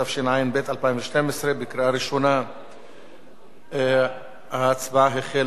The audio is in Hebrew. התשע"ב 2012. ההצבעה החלה.